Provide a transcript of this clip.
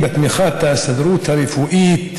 הממשלתיים, בתמיכת ההסתדרות הרפואית,